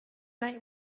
night